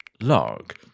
Log